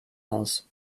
aus